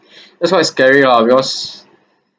that's why is scary lah because